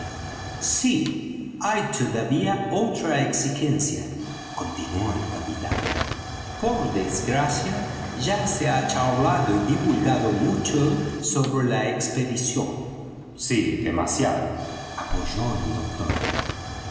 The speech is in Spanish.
sí hay todavía otra exigencia continuó el capitán por desgracia ya se ha charlado y divulgado mucho sobre la expedición sí demasiado apoyó el doctor